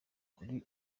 kuri